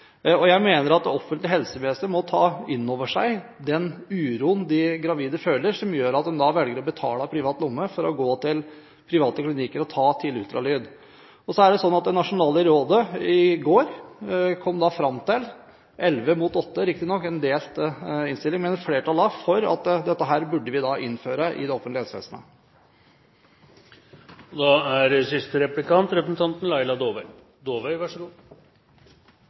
ut. Jeg mener at det offentlige helsevesenet må ta inn over seg den uroen de gravide føler, som gjør at de da velger å betale av privat lomme for å gå til private klinikker og ta tidlig ultralyd. Flertallet i det nasjonale rådet kom i går fram til – riktignok med 11 mot 8 stemmer, det var en delt innstilling – at dette burde vi innføre i det offentlige helsevesenet. I de generelle merknadene til budsjettet fra regjeringspartiene står det en god del om forebygging, og